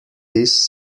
this